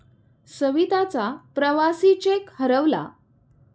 सविताचा प्रवासी चेक हरवला